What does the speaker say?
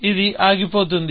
ఇది ఆగిపోతుంది